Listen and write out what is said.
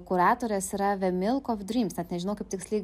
kuratorės yra ve milk of dryms net nežinau kaip tiksliai